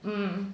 mm